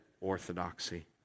orthodoxy